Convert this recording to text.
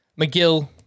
McGill